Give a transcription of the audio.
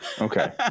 Okay